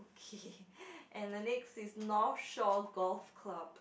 and the next is North Shore Golf Club